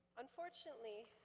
unfortunately